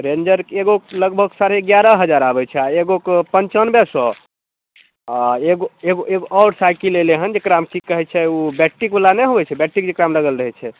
रेंजरके एगोके लगभग साढ़े ग्यारह हजार आबै छै आ एगोके पंचानबे सए आ एगो एगो आओर साइकिल अयलै हन जेकरामे की कहै छै ओ बैट्रिक बला नहि होइ छै बैट्रिक जेकरामे लगल रहै छै